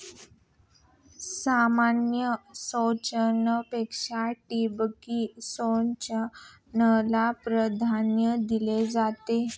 सामान्य सिंचनापेक्षा ठिबक सिंचनाला प्राधान्य दिले जाते